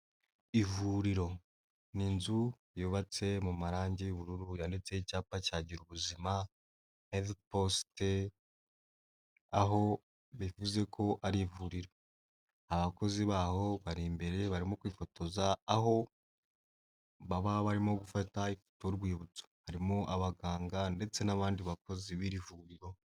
Ivuriro ni inzu yubatse mu marangi y'ubururu yanditseho icyapa cya Girubuzima helifu posite, aho bivuze ko ari ivuriro. Abakozi baho bari imbere barimo kwifotoza, aho baba barimo gufata ifoto y'urwibutso. Harimo abaganga ndetse n’abandi bakozi b’iri vuriro.